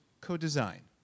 co-design